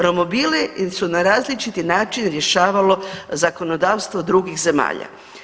Romobili su na različiti način rješavalo zakonodavstvo drugih zemalja.